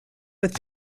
with